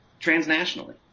transnationally